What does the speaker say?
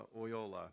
Oyola